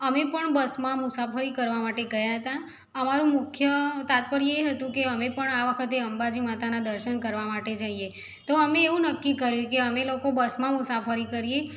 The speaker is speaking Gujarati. અમે પણ બસમાં મુસાફરી કરવા માટે ગયા હતા અમારું મુખ્ય તાત્પર્ય એ હતું કે અમે પણ આ વખતે અંબાજી માતાનાં દર્શન કરવા માટે જઈએ તો અમે એવું નક્કી કર્યું કે અમે લોકો બસમાં મુસાફરી કરીએ